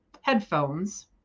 headphones